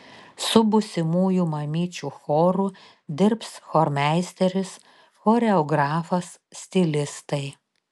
su būsimųjų mamyčių choru dirbs chormeisteris choreografas stilistai